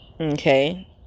Okay